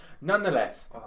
Nonetheless